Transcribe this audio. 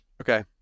okay